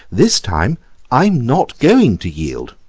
this time i'm not going to yield.